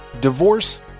Divorce